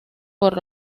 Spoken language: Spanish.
por